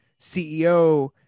ceo